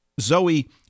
Zoe